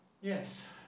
Yes